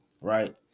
right